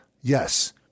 yes